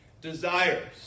desires